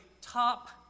top